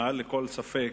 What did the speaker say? מעל לכל ספק,